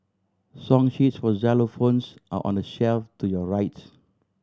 song sheets for xylophones are on the shelf to your right